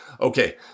Okay